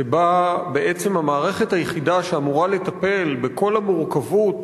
שבה בעצם המערכת היחידה שאמורה לטפל בכל המורכבות